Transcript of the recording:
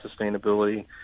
sustainability